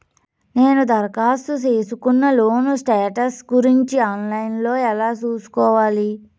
నేను దరఖాస్తు సేసుకున్న లోను స్టేటస్ గురించి ఆన్ లైను లో ఎలా సూసుకోవాలి?